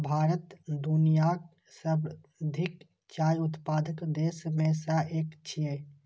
भारत दुनियाक सर्वाधिक चाय उत्पादक देश मे सं एक छियै